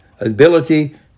ability